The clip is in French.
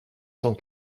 cent